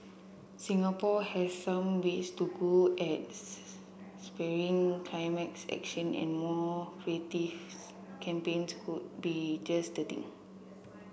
Singapore has some ways to go at spurring climates action and more creatives campaigns could be just the thing